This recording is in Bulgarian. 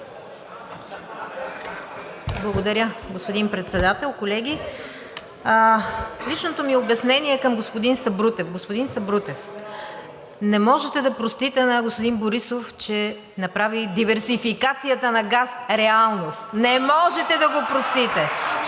Благодаря, господин Председател, колеги! Личното ми обяснение е към господин Сабрутев. Господин Сабрутев, не можете да простите на господин Борисов, че направи диверсификацията на газ реалност. Не можете да го простите!